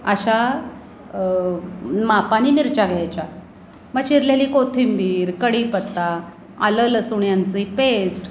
अशा मापांनी मिरच्या घ्यायच्या मग चिरलेली कोथिंबीर कढीपत्ता आलं लसूण यांची पेस्ट